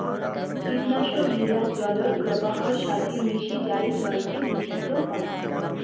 কীটনাশক গিলা জলর প্রবাহর সাথি মিশি যাই জলকে দূষিত করাং